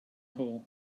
hall